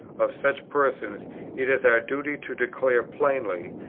of such persons it is our duty to declare plainly,